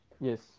Yes